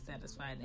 satisfied